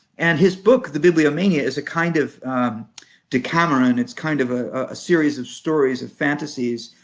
and his book, the bibliomania, is a kind of decameron. it's kind of ah a series of stories of fantasies,